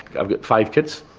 i've got five kids,